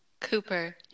Cooper